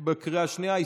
בקריאה השנייה.